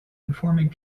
informing